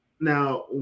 Now